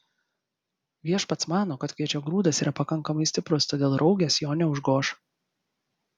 viešpats mano kad kviečio grūdas yra pakankamai stiprus todėl raugės jo neužgoš